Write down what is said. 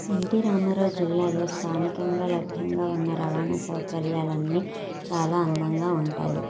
NT Rama Rao జిల్లాలో స్థానికంగా లభ్యంగా ఉన్న రవాణా సౌకర్యాలన్ని చాలా అందంగా ఉంటాయి